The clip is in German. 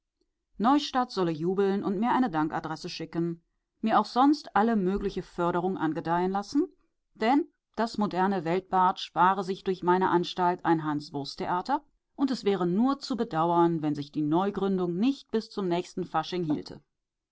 neustadt solle jubeln und mir eine dankadresse schicken mir auch sonst alle mögliche förderung angedeihen lassen denn das moderne weltbad spare sich durch meine anstalt ein hanswursttheater und es wäre nur zu bedauern wenn sich die neugründung nicht bis zum nächsten fasching hielte